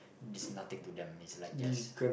this nothing to them it's like just